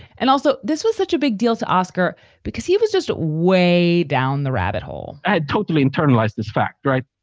and also this was such a big deal to oscar because he was just way down the rabbit hole i totally internalized this fact right.